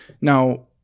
Now